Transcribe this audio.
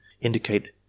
indicate